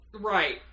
Right